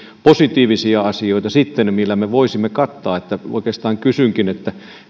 positiivisia asioita sitten millä me voisimme sen kattaa oikeastaan kysynkin